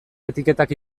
etiketak